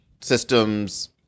systems